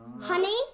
Honey